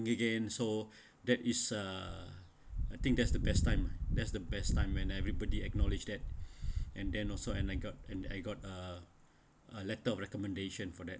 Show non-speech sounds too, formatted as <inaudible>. again so that is uh I think that's the best time lah that's the best time when everybody acknowledge that <breath> and then also and I got and I got uh a letter of recommendation for that